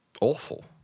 Awful